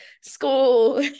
school